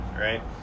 right